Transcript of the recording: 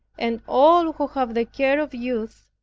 and all who have the care of youth,